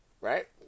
right